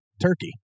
Turkey